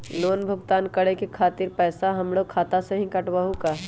Loan भुगतान करे के खातिर पैसा हमर खाता में से ही काटबहु का?